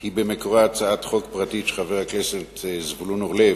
היא במקורה הצעת חוק פרטית של חבר הכנסת זבולון אורלב,